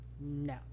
No